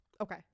Okay